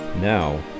Now